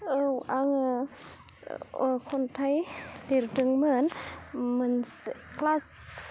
औ आङो अह खन्थाइ लिरदोंमोन मोनसे ख्लास